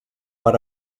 per